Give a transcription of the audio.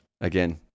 Again